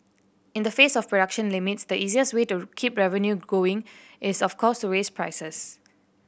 in the face of production limits the easiest way to keep revenue growing is of course raise prices